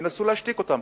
ינסו להשתיק אותם,